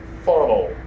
funnel